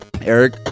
Eric